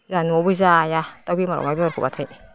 जोंहा न'आवबो जाया दाउ बेमार माबाबाथाय